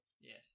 yes